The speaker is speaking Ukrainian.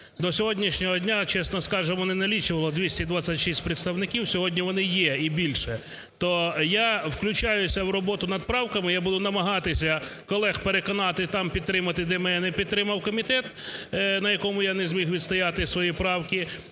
До сьогоднішнього дня, чесно скажемо, не налічувало 226 представників, сьогодні вони є і більше, то я включаюся в роботу над правками, я буду намагатися колег переконати там підтримати, де мене не підтримав комітет, на якому я не зміг відстояти свої правки.